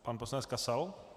Pan poslanec Kasal.